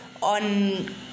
On